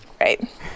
Right